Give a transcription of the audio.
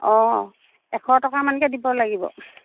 অঁ এশ টকামানকৈ দিব লাগিব